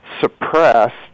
suppressed